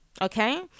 Okay